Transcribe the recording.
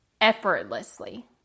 effortlessly